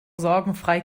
sorgenfrei